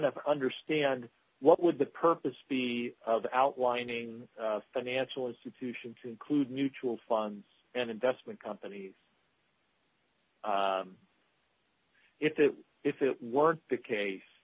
to understand what would the purpose be of the outlining financial institutions including mutual funds and investment companies if it if it weren't the case